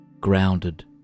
grounded